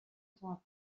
temps